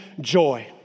joy